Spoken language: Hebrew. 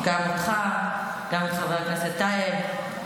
גם אותך וגם את חבר הכנסת טייב.